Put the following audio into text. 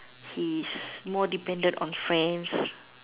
he's more depend on friends